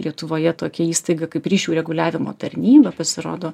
lietuvoje tokia įstaiga kaip ryšių reguliavimo tarnyba pasirodo